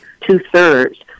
two-thirds